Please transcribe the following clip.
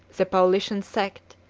the paulician sect,